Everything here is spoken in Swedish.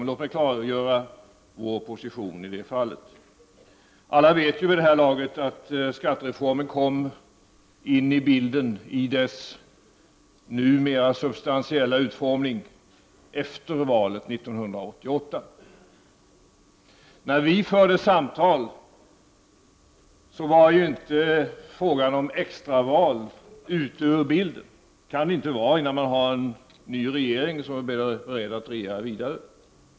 Låt mig klargöra vår position i den frågan. Alla vet att skattereformen kom in i bilden i dess nuvarande substansiella utformning efter valet 1988. När vi förde våra samtal var inte frågan om ett extraval ute ur bilden. Det kan den inte vara innan man har en ny regering som är beredd att regera vidare.